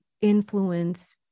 influence